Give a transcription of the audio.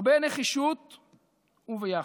הרבה נחישות וביחד.